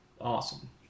awesome